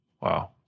wow